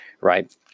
right